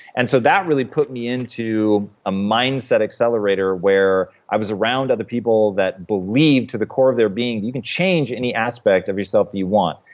and so that really put me into a mindset accelerator where i was around other people that believed to the core of their being you can change any aspect of yourself that you want.